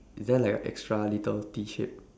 is there like a extra little T shape